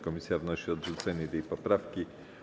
Komisja wnosi o odrzucenie tej poprawki.